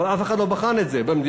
אבל אף אחד לא בחן את זה במדינה.